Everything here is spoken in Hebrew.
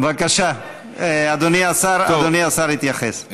בבקשה, אדוני השר יתייחס.